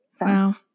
Wow